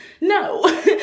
No